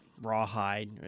Rawhide